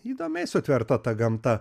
įdomiai sutverta ta gamta